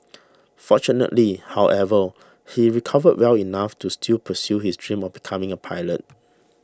fortunately however he recovered well enough to still pursue his dream of becoming a pilot